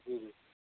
جی جی